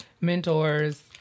mentors